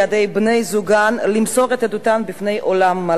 בני-זוגן למסור את עדותן בפני אולם מלא,